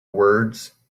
words